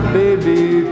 baby